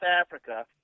Africa